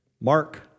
Mark